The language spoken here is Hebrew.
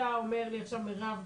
אתה אומר לי עכשיו מירב,